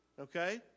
okay